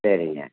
சரிங்க